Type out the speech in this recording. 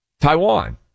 Taiwan